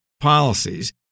policies